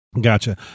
Gotcha